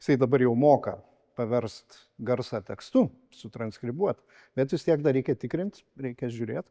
jisai dabar jau moka paverst garsą tekstu sutranskribuot bet vis tiek dar reikia tikrint reikia žiūrėt